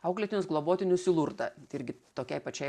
auklėtinius globotinius į lurdą irgi tokiai pačiai